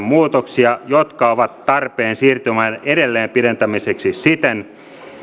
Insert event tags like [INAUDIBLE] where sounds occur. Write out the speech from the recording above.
[UNINTELLIGIBLE] muutoksia jotka ovat tarpeen siirtymäajan edelleen pidentämiseksi siten